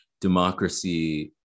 democracy